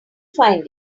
find